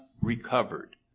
recovered